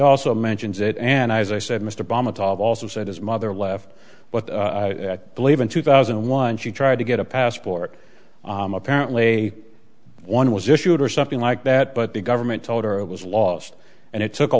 also mentions it and as i said mr obama also said his mother left but believe in two thousand and one she tried to get a passport apparently one was issued or something like that but the government told her it was lost and it took a